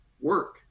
work